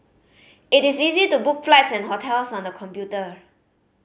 it is easy to book flights and hotels on the computer